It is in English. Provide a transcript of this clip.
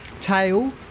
tail